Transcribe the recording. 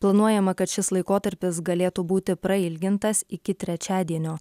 planuojama kad šis laikotarpis galėtų būti prailgintas iki trečiadienio